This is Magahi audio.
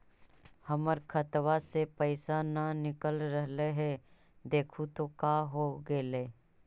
हमर खतवा से पैसा न निकल रहले हे देखु तो का होगेले?